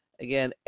Again